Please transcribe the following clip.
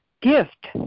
gift